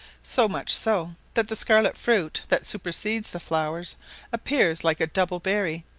so much so, that the scarlet fruit that supersedes the flowers appears like a double berry,